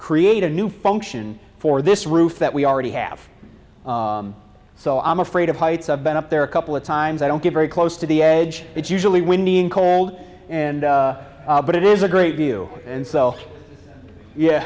create a new function for this roof that we already have so i'm afraid of heights i've been up there a couple of times i don't get very close to the edge it's usually windy and cold and but it is a great view and so yeah